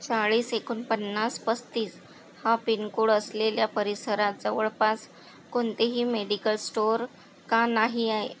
चाळीस एकोणपन्नास पस्तीस हा पिनकोड असलेल्या परिसरात जवळपास कोणतेही मेडिकल स्टोअर का नाही आहे